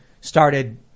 started